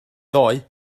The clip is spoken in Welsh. ddoe